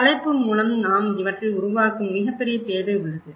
தலைப்பு மூலம் நாம் இவற்றை உருவாக்கும் மிகப்பெரிய தேவை உள்ளது